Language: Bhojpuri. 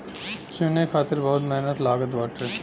चुने खातिर बहुते मेहनत लागत बाटे